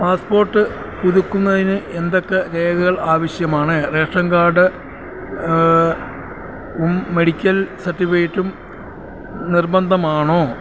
passport പുതുക്കുന്നതിന് എന്തൊക്കെ രേഖകൾ ആവശ്യമാണ് റേഷൻ കാർഡ് ഉം മെഡിക്കൽ സർട്ടിഫിക്കറ്റും നിർബന്ധമാണോ